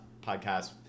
podcast